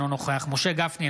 אינו נוכח משה גפני,